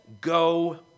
go